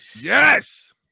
Yes